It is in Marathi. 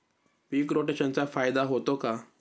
पीक रोटेशनचा फायदा होतो का?